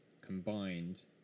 combined